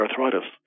arthritis